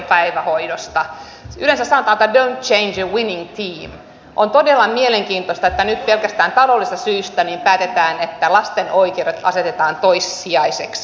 yleensä sanotaan että dont change a winning team on todella mielenkiintoista että nyt pelkästään taloudellisista syistä päätetään että lasten oikeudet asetetaan toissijaisiksi